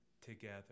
together